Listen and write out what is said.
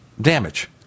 damage